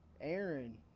Aaron